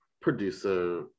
producer